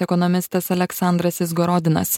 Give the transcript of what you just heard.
ekonomistas aleksandras izgorodinas